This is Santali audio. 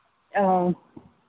ᱚ